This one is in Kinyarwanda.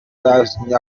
zatumye